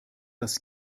das